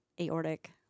aortic